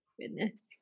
goodness